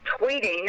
tweeting